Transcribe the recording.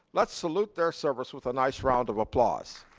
let's salute their service with a nice round of applause.